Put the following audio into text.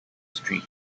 street